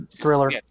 thriller